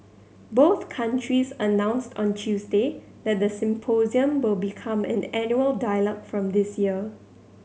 both countries announced on Tuesday that the symposium will become an annual dialogue from this year